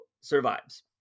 survives